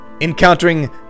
encountering